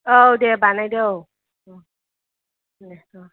औ दे बानायदो औ